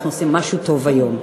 אנחנו עושים משהו טוב היום.